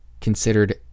considered